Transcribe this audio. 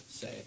say